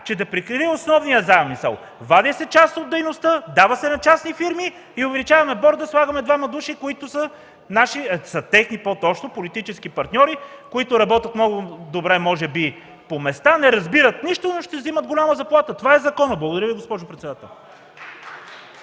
че да прикрие основния замисъл – вади се част от дейността, дава се на частни фирми, увеличаваме борда, слагаме двама души, които са техни политически партньори, които работят много добре може би по места, не разбират нищо, но ще вземат голяма заплата. Това е законът. Благодаря Ви, госпожо председател.